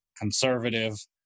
conservative